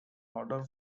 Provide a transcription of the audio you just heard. order